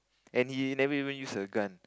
and he never even use a gun